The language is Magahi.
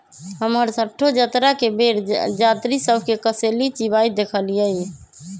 हम हरसठ्ठो जतरा के बेर जात्रि सभ के कसेली चिबाइत देखइलइ